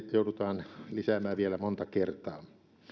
joudutaan lisäämään vielä monta kertaa